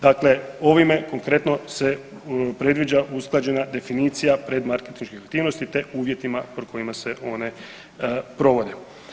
Dakle, ovime konkretno se predviđa usklađena definicija predmarketinške aktivnosti te uvjetima po kojima se one provode.